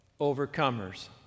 Overcomers